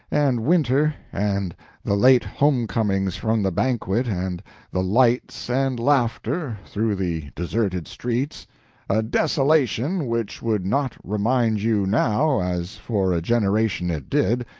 and winter, and the late homecomings from the banquet and the lights and laughter, through the deserted streets a desolation which would not remind you now, as for a generation it did,